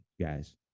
guys